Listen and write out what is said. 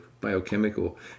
biochemical